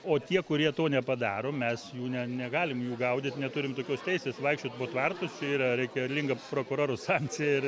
o tie kurie to nepadaro mes jų ne negalim jų gaudyt neturim tokios teisės vaikščiot po tvartus yra reikalinga prokurorų sankcija ir